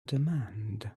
demand